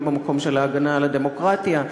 לא במקום של ההגנה על הדמוקרטיה,